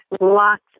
Lots